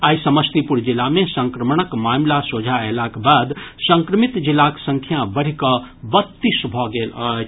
आइ समस्तीपुर जिला मे संक्रमणक मामिला सोझा अयलाक बाद संक्रमित जिलाक संख्या बढ़ि कऽ बत्तीस भऽ गेल अछि